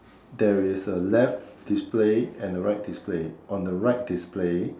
there is a left display and a right display on the right display